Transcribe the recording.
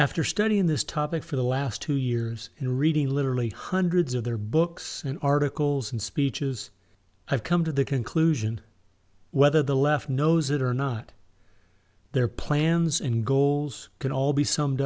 after studying this topic for the last two years and reading literally hundreds of their books and articles and speeches i've come to the conclusion whether the left knows it or not their plans and goals can all be summed